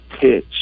pitch